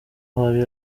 hari